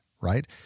right